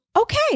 okay